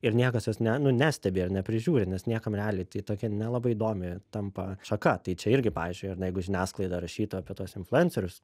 ir niekas jos ne nu nestebi ar neprižiūri nes niekam realiai tai tokia nelabai įdomi tampa šaka tai čia irgi pavyzdžiui ar ne jeigu žiniasklaida rašytų apie tuos influencerius